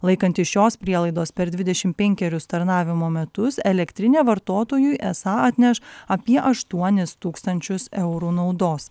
laikantis šios prielaidos per dvidešimt penkerius tarnavimo metus elektrinė vartotojui esą atneš apie aštuonis tūkstančius eurų naudos